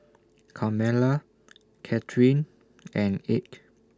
Carmella Kathrine and Ike